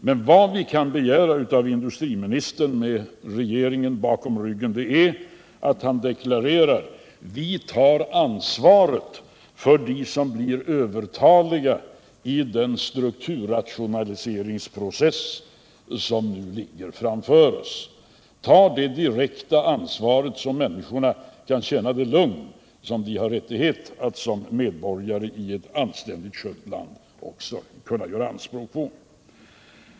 Men vad vi kan begära av industriministern med regeringen bakom ryggen är att han deklarerar: Vi tar ansvaret för de människor som blir övertaliga i den strukturrationaliseringsprocess som nu ligger framför oss. Regeringen bör ta det direkta ansvar som gör att människorna kan känna sig lugna, vilket de har rättighet att göra anspråk på som medborgare i ett anständigt skött land.